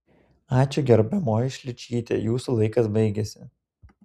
ačiū gerbiamoji šličyte jūsų laikas baigėsi